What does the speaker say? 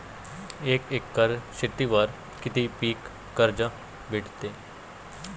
एक एकर शेतीवर किती पीक कर्ज भेटते?